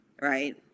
Right